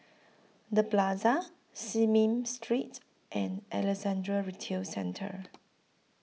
The Plaza Smith Street and Alexandra Retail Centre